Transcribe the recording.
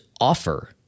offer